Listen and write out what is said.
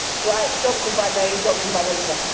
like johnson by name, johnson by nature!